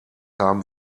haben